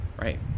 Right